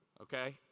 Okay